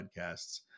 podcasts